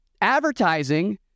advertising